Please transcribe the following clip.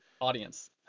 audience